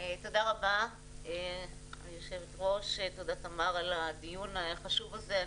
תודה רבה תמר על הדיון החשוב הזה.